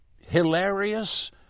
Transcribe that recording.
hilarious